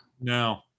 No